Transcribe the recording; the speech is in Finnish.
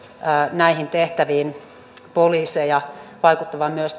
näihin tehtäviin poliiseja vaikuttavan myös